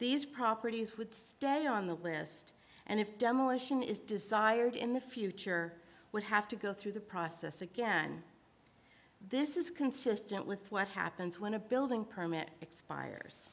these properties would stay on the list and if demolition is desired in the future would have to go through the process again this is consistent with what happens when a building permit expires